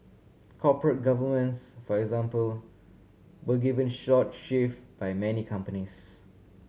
corporate governance for example were given short shrift by many companies